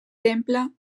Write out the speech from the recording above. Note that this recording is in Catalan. temple